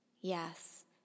Yes